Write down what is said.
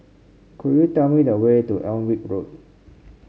could you tell me the way to Alnwick Road